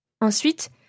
Ensuite